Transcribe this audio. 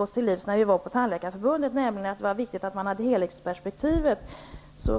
att vi när vi var hos Tandläkarförbundet fick besked om att det var viktigt med ett helhetsperspektiv.